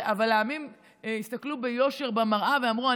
אבל העמים הסתכלו ביושר במראה ואמרו: